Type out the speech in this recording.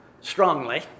strongly